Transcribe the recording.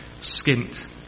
skint